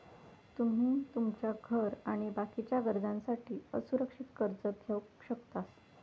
तुमी तुमच्या घर आणि बाकीच्या गरजांसाठी असुरक्षित कर्ज घेवक शकतास